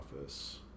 Office